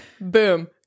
Boom